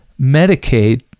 Medicaid